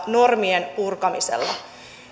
normien purkamisella